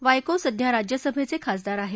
वायको सध्या राज्यसभेचे खासदार आहेत